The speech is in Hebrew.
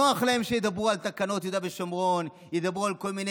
נוח להם שידברו על תקנות יהודה ושומרון וידברו על כל מיני